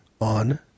on